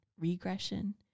regression